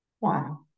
Wow